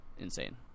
insane